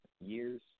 years